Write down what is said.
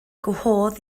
gwahodd